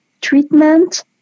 treatment